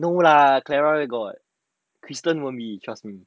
no lah clara where got crystal only trust me